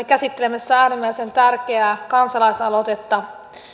käsittelemässä äärimmäisen tärkeää kansalaisaloitetta